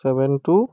seven two